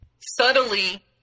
subtly